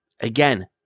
again